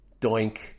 Doink